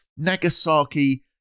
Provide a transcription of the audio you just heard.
Nagasaki